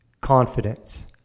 confidence